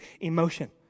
emotion